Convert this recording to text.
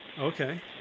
Okay